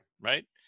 Right